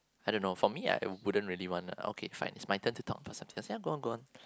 I don't know for me I wouldn't really want oh okay fine it's my turn to talk ya go on go on